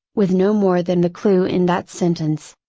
with no more than the clue in that sentence.